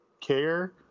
care